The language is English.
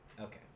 Okay